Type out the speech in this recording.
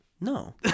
No